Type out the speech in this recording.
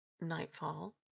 nightfall